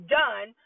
done